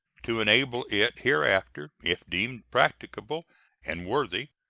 to enable it hereafter, if deemed practicable and worthy,